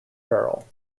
barrel